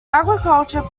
agriculture